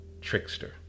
trickster